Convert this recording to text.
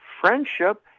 Friendship